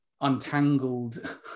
untangled